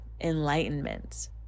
enlightenment